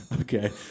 Okay